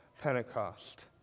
Pentecost